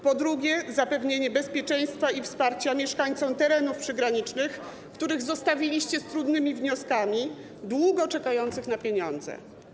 Po drugie, zapewnienie bezpieczeństwa i wsparcia mieszkańcom terenów przygranicznych, których zostawiliście z trudnymi wnioskami, długo czekającym na pieniądze.